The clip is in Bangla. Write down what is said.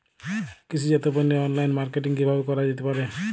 কৃষিজাত পণ্যের অনলাইন মার্কেটিং কিভাবে করা যেতে পারে?